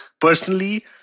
Personally